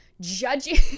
judging